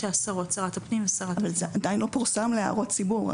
אבל זה עדיין לא פורסם להערות ציבור.